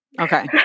Okay